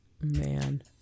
Man